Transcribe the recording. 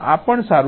આ પણ સારું છે